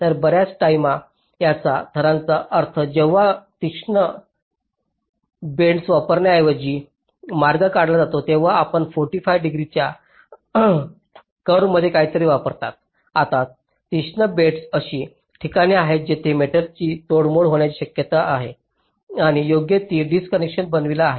तर बर्याच टाईमा त्याच थरचा अर्थ जेव्हा तीक्ष्ण बेन्डस वापरण्याऐवजी मार्ग काढला जातो तेव्हा आपण 45 डिग्रीच्या वाक्यासारखे काहीतरी वापरता कारण तीक्ष्ण बेन्डस अशी ठिकाणे आहेत जिथे मेटलची मोडतोड होण्याची शक्यता आहे आणि योग्य तो डिस्कनेक्शन बनविला आहे